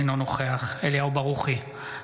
אינו נוכח אליהו ברוכי,